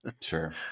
Sure